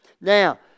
Now